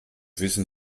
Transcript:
wissen